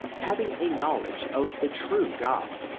having a knowledge of the true god.